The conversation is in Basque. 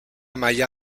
maila